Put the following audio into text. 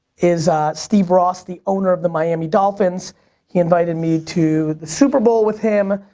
is steve ross, the owner of the miami dolphins he invited me to the super bowl with him.